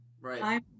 right